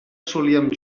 solíem